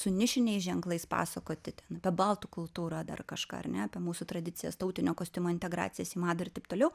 su nišiniais ženklais pasakoti ten apie baltų kultūrą dar kažką ar ne apie mūsų tradicijas tautinio kostiumo integracijas į madą ir taip toliau